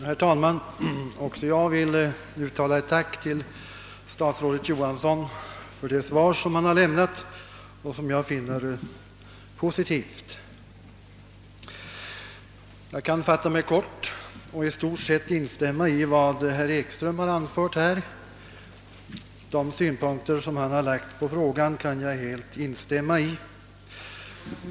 Herr talman! Också jag vill uttala ett tack till statsrådet Johansson för det svar som han har lämnat och som jag finner positivt. Jag kan fatta mig kort och i stort sett instämma i vad herr Ekström i Iggesund har anfört; de synpunkter som han har lagt på frågan är också mina.